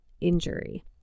injury